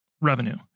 revenue